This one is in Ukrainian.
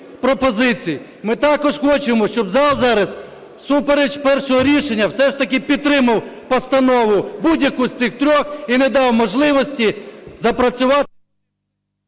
Ми також хочемо, щоб зал зараз, всупереч першого рішення, все ж таки підтримав постанову, будь-яку з цих трьох, і не дав можливості запрацювати…